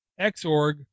xorg